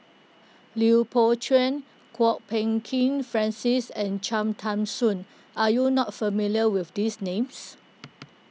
Lui Pao Chuen Kwok Peng Kin Francis and Cham Tao Soon are you not familiar with these names